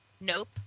Nope